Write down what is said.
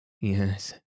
Yes